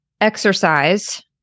exercise